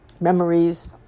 memories